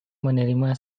menerima